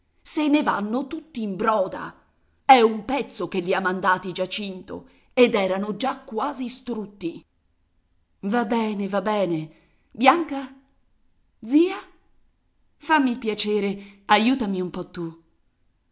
se ne vanno tutti in broda è un pezzo che li ha mandati giacinto ed eran già quasi strutti va bene va bene bianca zia fammi il piacere aiutami un po tu